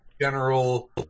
general